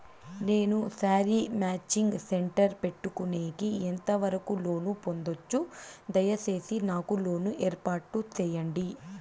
నేను sari matching centre పెట్టుకునేకి ఎంత వరకు లోను పొందొచ్చు? దయసేసి నాకు లోను ఏర్పాటు సేయండి?